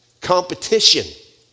Competition